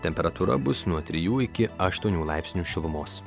temperatūra bus nuo trijų iki aštuonių laipsnių šilumos